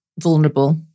vulnerable